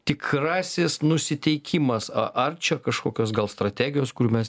tikrasis nusiteikimas ar čia kažkokios gal strategijos kur mes